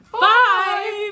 five